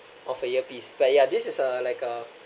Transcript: of a earpiece but ya this is uh like a